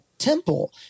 temple